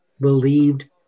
believed